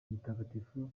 mutagatifu